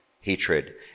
Hatred